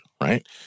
right